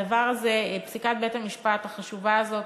הדבר הזה, פסיקת בית-המשפט החשובה הזאת,